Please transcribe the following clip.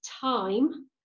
time